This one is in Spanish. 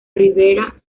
rivera